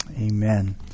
Amen